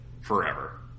forever